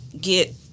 get